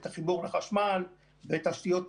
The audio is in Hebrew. את החיבור לחשמל ותשתיות תקשורת.